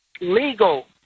legal